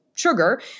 Sugar